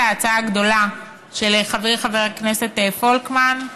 ההצעה הגדולה של חברי חבר הכנסת פולקמן,